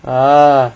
uh